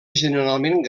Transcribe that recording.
generalment